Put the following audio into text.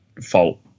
fault